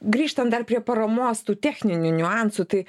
grįžtant dar prie paramos tų techninių niuansų tai